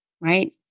right